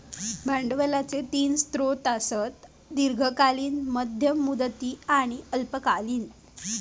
भांडवलाचो तीन स्रोत आसत, दीर्घकालीन, मध्यम मुदती आणि अल्पकालीन